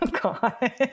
God